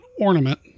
ornament